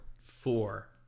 four